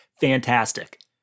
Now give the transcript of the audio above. Fantastic